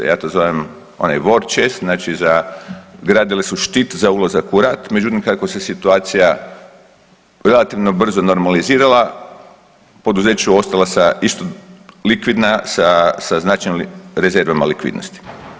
Ja to zovem onaj … znači gradili su štit za ulazak u rat, međutim kako se situacija relativno brzo normalizirala poduzeća bi ostala isto likvidna sa značajnim rezervama likvidnosti.